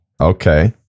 Okay